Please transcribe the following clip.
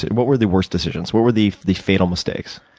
what were the worst decisions? what were the the fatal mistakes?